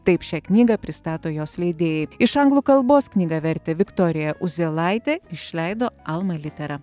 taip šią knygą pristato jos leidėjai iš anglų kalbos knygą vertė viktorija uzėlaitė išleido alma litera